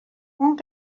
اون